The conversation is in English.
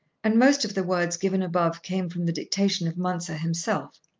and most of the words given above came from the dictation of mounser himself.